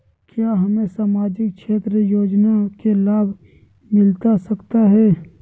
क्या हमें सामाजिक क्षेत्र योजना के लाभ मिलता सकता है?